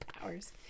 powers